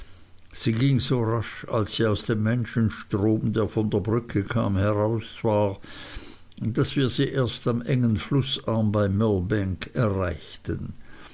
sie ging so rasch als sie aus dem menschenstrom der von der brücke kam heraus war daß wir sie erst am engen flußarm bei millbank erreichten